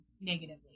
negatively